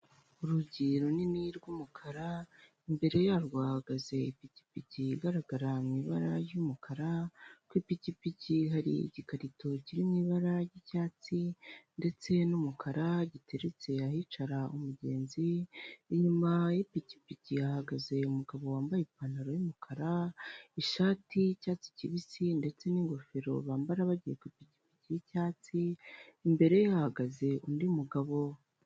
Urugi runini rw'umukara imbere yarwo hahagaze ipikipiki igaragara mu ibara ry'umukara, ku ipikipiki hari igikarito kiri mu ibara ry'icyatsi ndetse n'umukara giteretse ahicara umugenzi, inyuma y'ipikipiki hahagaze umugabo wambaye ipantalo y'umukara, ishati y'icyatsi kibisi ndetse n'ingofero bambara bagiye ku ipikipiki y'icyatsi, imbere ye hahagaze undi mugabo.